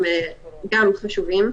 זה גם חשוב.